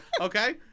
okay